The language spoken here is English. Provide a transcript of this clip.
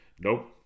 Nope